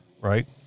right